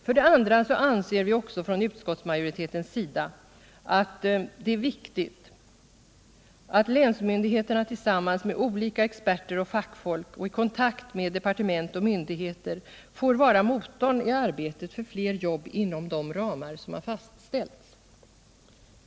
För det andra anser vi också från utskottets sida att det är viktigt att länsmyndigheterna tillsammans med olika experter och fackfolk samt i kontakt med departement och myndigheter får vara motorn i arbetet för fler jobb inom de ramar som har fastställts.